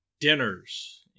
dinners